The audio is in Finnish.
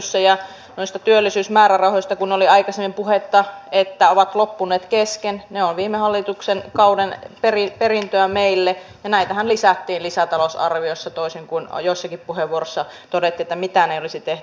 ja noista työllisyysmäärärahoista kun oli aikaisemmin puhetta että ovat loppuneet kesken niin ne ovat viime hallituskauden perintöä meille ja näitähän lisättiin lisätalousarviossa toisin kuin jossakin puheenvuorossa todettiin että mitään ei olisi tehty